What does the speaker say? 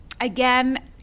Again